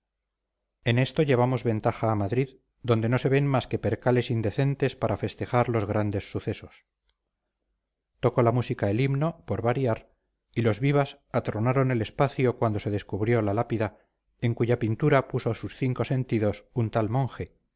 en esto llevamos ventaja a madrid donde no se ven más que percales indecentes para festejar los grandes sucesos tocó la música el himno por variar y los vivas atronaron el espacio cuando se descubrió la lápida en cuya pintura puso sus cinco sentidos un tal monje